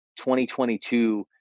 2022